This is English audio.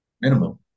minimum